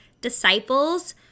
disciples